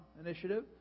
initiative